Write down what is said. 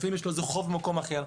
לפעמים יש לו חוב במקום אחר.